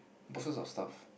boxes of stuff